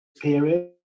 period